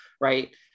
right